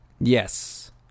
Yes